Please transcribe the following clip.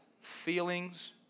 feelings